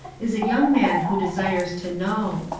is a young man who desires to know.